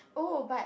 oh but